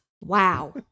Wow